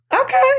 Okay